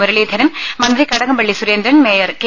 മുരളീധരൻ മന്ത്രി Kadakampally Surendran mayor K